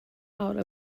out